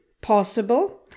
possible